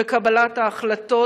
בקבלת ההחלטות?